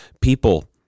people